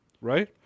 right